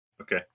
Okay